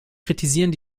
kritisieren